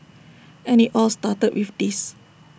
and IT all started with this